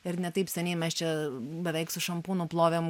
ir ne taip seniai mes čia beveik su šampūnu plovėm